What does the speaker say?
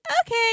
Okay